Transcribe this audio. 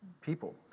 people